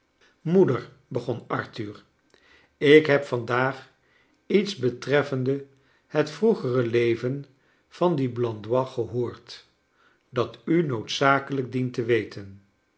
moeder begon arthur ik heb vandaag iets betreffende het vroegere leven van dien blandois gehoord dat u noodzakelijk dient te weten